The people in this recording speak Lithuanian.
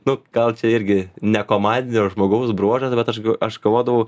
nu gal čia irgi ne komandinio žmogaus bruožas bet aš aš galvodavau